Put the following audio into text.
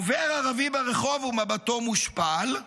עובר ערבי ברחוב ומבטו מושפל,